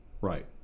Right